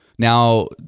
Now